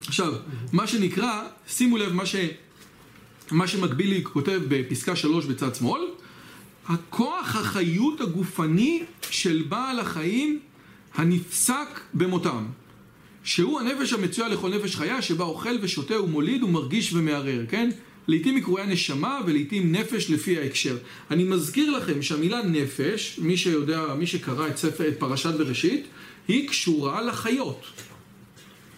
עכשיו, מה שנקרא, שימו לב מה שמקבילי כותב בפסקה שלוש בצד שמאל: הכוח החיות הגופני של בעל החיים הנפסק במותם שהוא הנפש המצויה לכל נפש חיה שבה אוכל ושותה ומוליד ומרגיש ומהרהר, כן? לעתים היא קרואה נשמה ולעתים נפש לפי ההקשר אני מזכיר לכם שהמילה נפש, מי שיודע, מי שקרא את ספר... את פרשת בראשית, היא קשורה לחיות